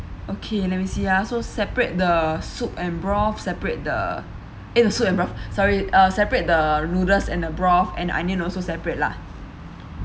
okay let me see ah so separate the soup and broth separate the eh the soup and broth sorry uh separate the noodles and the broth and onion also separate lah